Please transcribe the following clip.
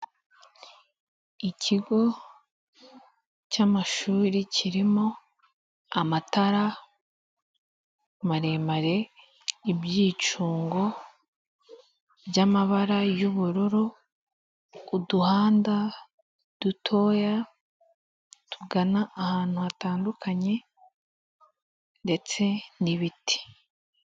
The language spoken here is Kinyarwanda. Ikigo cy'amashuri kirimo amatara maremare, ibyicungo by'amabara y'ubururu. uduhanda dutoya tugana ahantu hatandukanye ndetse n'ibiti.